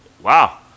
wow